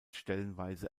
stellenweise